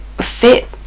fit